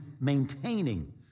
maintaining